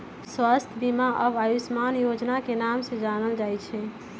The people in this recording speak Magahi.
स्वास्थ्य बीमा अब आयुष्मान योजना के नाम से जानल जाई छई